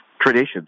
traditions